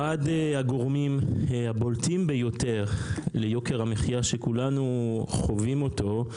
אחד הגורמים הבולטים ביותר ליוקר המחייה שכולנו חווים אותו,